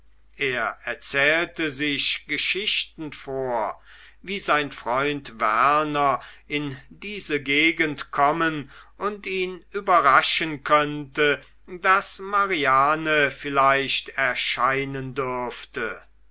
er erzählte sich geschichten vor wie sein freund werner in diese gegend kommen und ihn überraschen könnte daß mariane vielleicht erscheinen dürfte